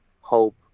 hope